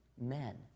men